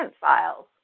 files